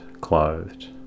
clothed